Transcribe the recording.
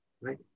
right